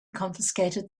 confiscated